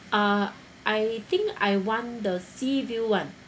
uh I think I want the sea view [one]